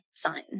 sign